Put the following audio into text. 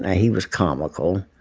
and he was comical,